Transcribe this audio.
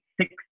six